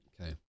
Okay